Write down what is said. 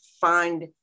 find